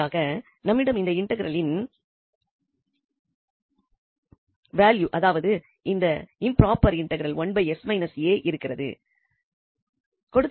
இறுதியாக நம்மிடம் இந்த இன்டெக்ரலின் வேல்யூ அதாவது இந்த இம்ப்ரொபேர் இன்டெக்ரல் என்று இருக்கிறது